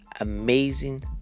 amazing